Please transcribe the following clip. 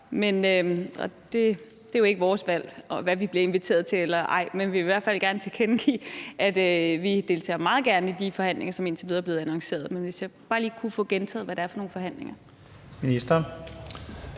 Det er jo ikke vores valg, hvad vi bliver inviteret til eller ej. Men vi vil i hvert fald gerne tilkendegive, at vi meget gerne deltager i de forhandlinger, som indtil videre er blevet annonceret. Men hvis jeg bare lige kunne få gentaget, hvad det er for nogle forhandlinger.